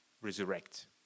resurrect